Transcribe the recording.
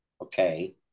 Okay